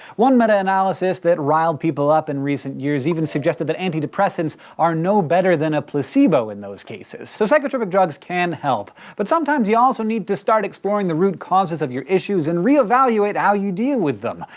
one meta analysis that riled people up in recent years even suggested that antidepressants are no better than a placebo in those cases. so psychotropic drugs can help, but sometimes you also need to start exploring the root causes of your issues and reevaluate how you deal with them,